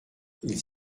ils